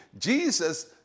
Jesus